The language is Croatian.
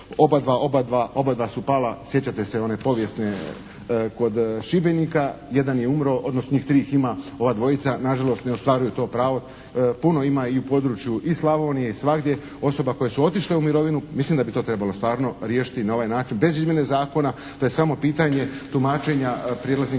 i oni "Obadva, obadva su pala.", sjećate se one povijesne kod Šibenika. Jedan je umro, odnosno njih tri ih ima, ova dvojica nažalost ne ostvaruju to pravo. Puno ima i u području i Slavonije i svagdje osoba koje su otišle u mirovinu. Mislim da bi to trebalo stvarno riješiti na ovaj način. Bez izmjene zakona, to je samo pitanje tumačenja prijelaznih